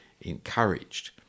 encouraged